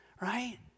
right